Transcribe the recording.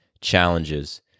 challenges